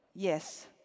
Yes